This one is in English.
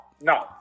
no